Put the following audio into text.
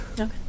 Okay